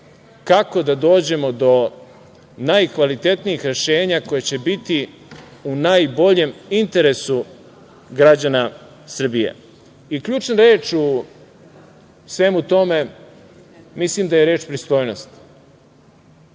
kako da dođemo do najkvalitetnijih rešenja koja će biti u najboljem interesu građana Srbije. Ključna reč u svemu tome, mislim da je reč pristojnost.